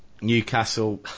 Newcastle